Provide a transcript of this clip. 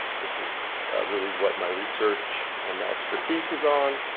which is really what my research and my expertise is on,